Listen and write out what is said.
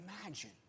imagine